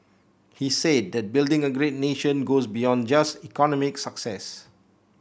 he said that building a great nation goes beyond just economic success